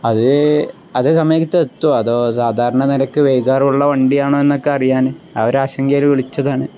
അത് അതേ സമയത്ത് എത്തുമോ അതോ സാധാരണ നിലയ്ക്ക് വൈകാറുള്ള വണ്ടിയാണോ എന്നൊക്കെ അറിയാൻ ആ ഒരു ആശങ്കയിൽ വിളിച്ചതാണ്